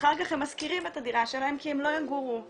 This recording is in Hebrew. אחר כך הם משכירים את הדירה שלהם כי הם לא יגורו בה,